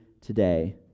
today